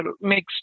mixed